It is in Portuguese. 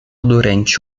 durante